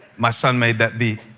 my son made that beat.